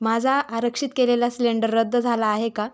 माझा आरक्षित केलेला सिलेंडर रद्द झाला आहे का